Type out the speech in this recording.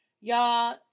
Y'all